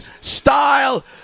style